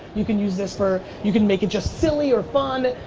you can use this for, you can make it just silly or fun,